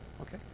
Okay